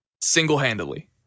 Single-handedly